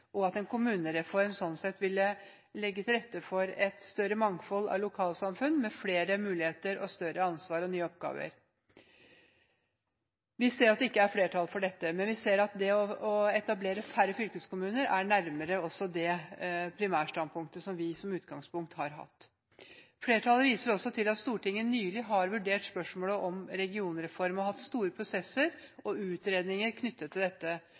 mangfold av lokalsamfunn med flere muligheter, større ansvar og nye oppgaver. Vi ser at det ikke er flertall for dette, men vi ser at det å etablere færre fylkeskommuner er nærmere det primærstandpunktet vi har hatt som utgangspunkt. Flertallet viser også til at Stortinget nylig har vurdert spørsmålet om regionreform og hatt store prosesser og utredninger knyttet til dette.